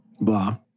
blah